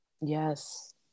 Yes